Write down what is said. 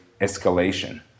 escalation